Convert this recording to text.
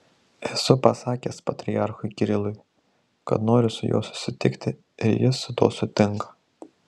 esu pasakęs patriarchui kirilui kad noriu su juo susitikti ir jis su tuo sutinka